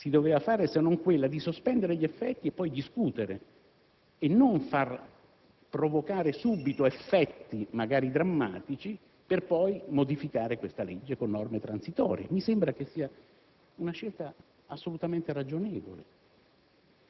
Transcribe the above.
Di qui la necessità di sospendere questi effetti e di ridiscutere. Non capisco. Forse avreste voluto che fosse tutto cancellato e si ricominciasse da capo? Oppure non è invece opportuno sospendere gli effetti